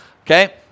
Okay